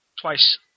twice